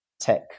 tech